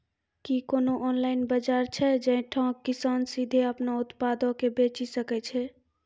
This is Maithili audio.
कि कोनो ऑनलाइन बजार छै जैठां किसान सीधे अपनो उत्पादो के बेची सकै छै?